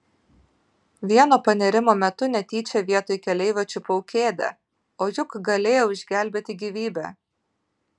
vieno panėrimo metu netyčia vietoj keleivio čiupau kėdę o juk galėjau išgelbėti gyvybę